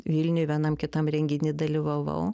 vilniuj vienam kitam renginy dalyvavau